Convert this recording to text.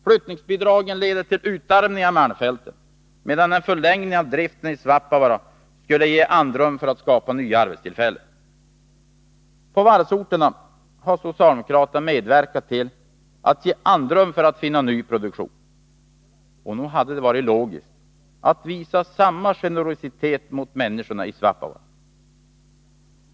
Flyttningsbidragen leder till utarmning av malmfälten, medan en förlängning av driften i Svappavaara skulle ge andrum för att skapa nya arbetstillfällen. När det gällde varvsorterna medverkade socialdemokraterna till att ge andrum för att man skulle finna ny produktion. Nog hade det varit logiskt att visa samma generositet mot människorna i Svappavaara.